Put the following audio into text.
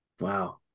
Wow